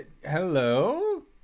hello